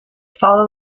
follow